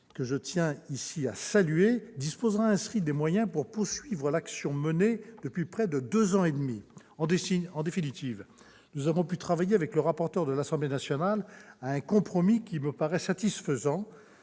que je tiens à saluer, disposera ainsi des moyens de poursuivre l'action menée depuis près de deux ans et demi. Mes chers collègues, en définitive, nous avons pu travailler avec le rapporteur de l'Assemblée nationale à un compromis qui me paraît satisfaisant.